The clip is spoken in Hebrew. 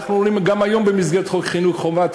אנחנו רואים גם היום במסגרת חוק חינוך חובה חינם,